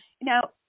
now